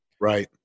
Right